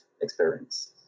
experience